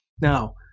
Now